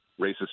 racist